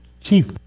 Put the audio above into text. chief